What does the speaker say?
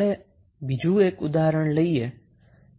હવે આપણે બીજુ એક ઉદાહરણ લઈએ